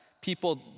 people